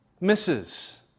misses